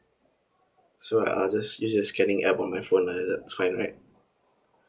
so I'll just use the scanning app on my phone tha~ that's fine right